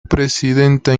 presidenta